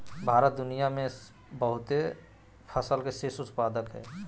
भारत दुनिया में बहुते फसल के शीर्ष उत्पादक हइ